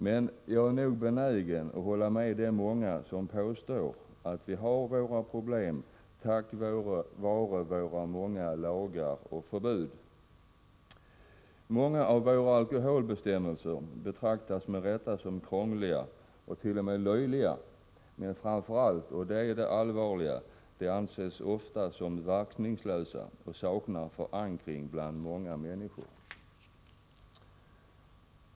Men jag är benägen att hålla med de många som påstår att vi har våra problem på grund av våra många lagar och förbud. Många av våra alkoholbestämmelser betraktas med rätta som krångliga och t.o.m. löjliga. Men framför allt — och det är det allvarliga — anses de ofta vara verkningslösa och sakna förankring bland människorna.